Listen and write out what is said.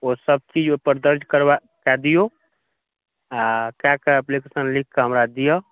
ओसभ चीज ओतय दर्ज करबा दियौ आ काल्हि तक एप्लीकेशन लिखिक हमरा दीअ